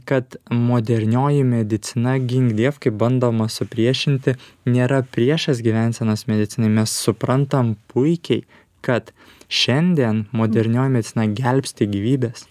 kad modernioji medicina ginkdiev kaip bandoma supriešinti nėra priešas gyvensenos medicinai mes suprantam puikiai kad šiandien modernioji medicina gelbsti gyvybes